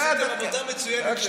עשיתם עבודה מצוינת לבד.